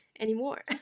anymore